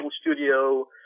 Studio